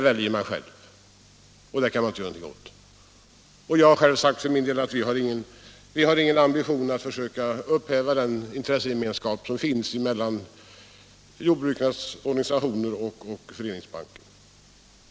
För min del har jag sagt att vi inte har någon ambition att försöka upphäva intressegemenskapen i dessa avseenden mellan jordbrukarnas organisationer och Föreningsbanken.